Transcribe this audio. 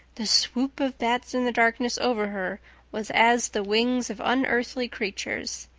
the swoop of bats in the darkness over her was as the wings of unearthly creatures.